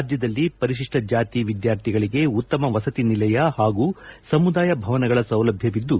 ರಾಜ್ಡದಲ್ಲಿ ಪರಿಶಿಷ್ಟ ಜಾತಿಗಳ ವಿದ್ಕಾರ್ಥಿಗಳಿಗೆ ಉತ್ತಮ ವಸತಿ ನಿಲಯ ಹಾಗೂ ಸಮುದಾಯ ಭವನಗಳ ಸೌಲಭ್ಯವಿದ್ದು